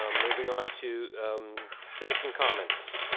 um moving on to citizen comments.